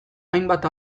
hainbat